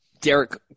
Derek